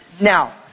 Now